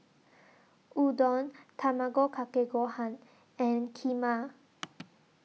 Udon Tamago Kake Gohan and Kheema